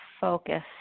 focus